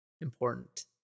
important